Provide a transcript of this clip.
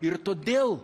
ir todėl